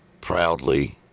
Proudly